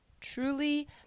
truly